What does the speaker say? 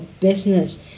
business